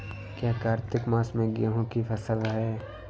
क्या कार्तिक मास में गेहु की फ़सल है?